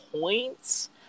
points